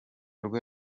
rwe